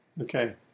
Okay